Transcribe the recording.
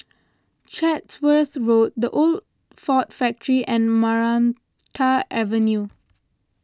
Chatsworth Road the Old Ford Factor and Maranta Avenue